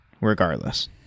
regardless